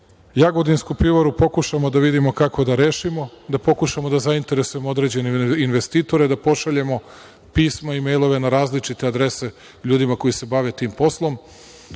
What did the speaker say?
„Jagodinsku pivaru“ pokušamo da vidimo kako da rešimo. Da pokušamo da zainteresujemo određene investitore, da pošaljemo pisma i i-mejlove na različite adrese ljudima koji se bave tim poslom.